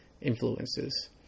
influences